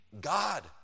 God